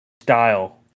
style